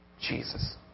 Jesus